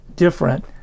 Different